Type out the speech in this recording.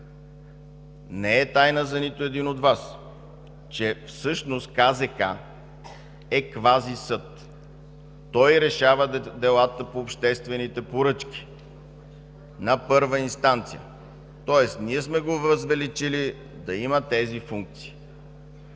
Не е тайна за нито един от Вас, че всъщност КЗК е квазисъд. Той решава делата по обществените поръчки на първа инстанция. Тоест, ние сме го възвеличили да има тези функции.